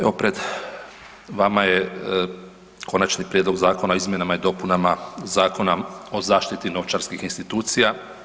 Evo pred vama je Konačni prijedlog zakona o izmjenama i dopunama Zakona o zaštiti novčarskih institucija.